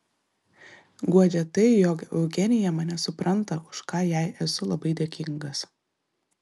guodžia tai jog eugenija mane supranta už ką jai esu labai dėkingas